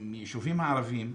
היישובים הערביים,